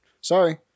Sorry